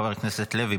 חבר הכנסת לוי,